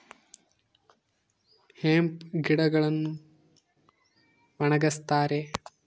hemp ಗಿಡಗಳನ್ನು ಒಣಗಸ್ತರೆ